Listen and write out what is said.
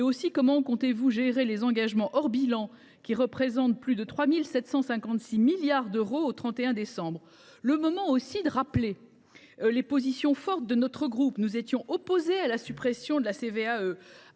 ailleurs, comment comptez vous gérer les engagements hors bilan, qui représentaient plus de 3 756 milliards d’euros au 31 décembre 2023 ? Le moment est aussi venu de rappeler les positions fortes de notre groupe. Nous étions opposés à la suppression de la